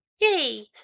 Yay